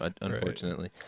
unfortunately